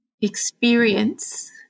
experience